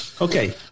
Okay